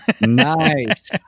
Nice